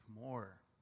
more